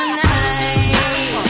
tonight